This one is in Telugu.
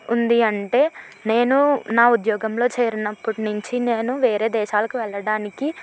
ఎలాగా ఉంది అంటే నేను నా ఉద్యోగంలో చేరినప్పటి నుంచి వేరే దేశాలకు వెళ్లడానికి